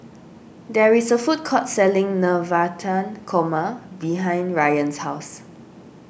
there is a food court selling Navratan Korma behind Ryann's house